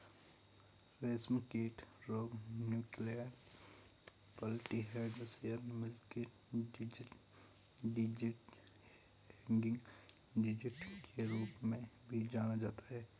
रेशमकीट रोग nuclear polyhedrosis, milky disease, hanging disease के रूप में भी जाना जाता है